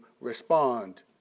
respond